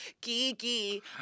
Kiki